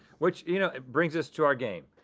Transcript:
which, you know, it brings us to our game.